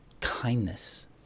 kindness